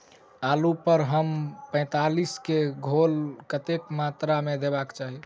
आलु पर एम पैंतालीस केँ घोल कतेक मात्रा मे देबाक चाहि?